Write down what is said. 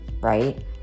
right